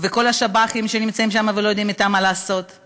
וכל השב"חים נמצאים שם ולא יודעים מה לעשות אתם.